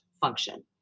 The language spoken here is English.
function